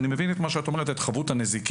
אני מבין את מה שאת אומרת, את חבות הנזיקין.